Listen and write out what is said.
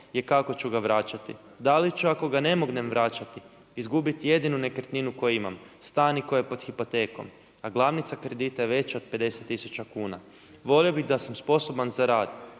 je kako ću ga vraćati. Da li će ako ga ne mognem vraćati izgubiti jedinu nekretninu koju imam – stan koji je pod hipotekom, a glavnica kredita je veća od 50000 kuna. Volio bih da sam sposoban za rad